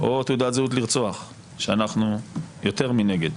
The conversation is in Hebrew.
או תעודת זהות לרצוח, שאנחנו יותר מנגד.